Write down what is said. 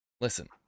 listen